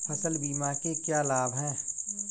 फसल बीमा के क्या लाभ हैं?